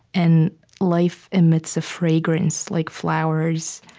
and life emits a fragrance like flowers,